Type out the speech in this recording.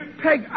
Peg